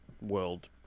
world